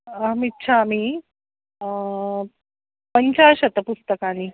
अहमिच्छामि पञ्चाशत् पुस्तकानि